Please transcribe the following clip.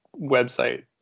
website